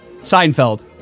Seinfeld